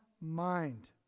mind